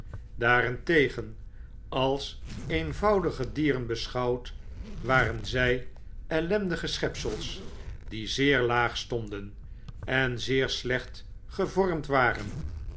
daarentegen als eenvoudige dieren beschouwd waren zy ellendige schepsels die zeer laag stonden enzeerslecnt gevormd waren